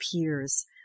peers